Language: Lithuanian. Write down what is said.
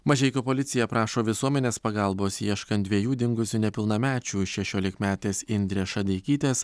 mažeikių policija prašo visuomenės pagalbos ieškant dviejų dingusių nepilnamečių šešiolikmetės indrės šadeikytės